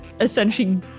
essentially